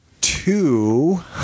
two